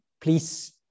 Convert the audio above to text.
please